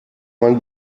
man